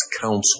counsel